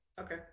Okay